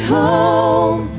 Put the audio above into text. home